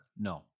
No